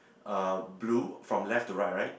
uh blue from left to right right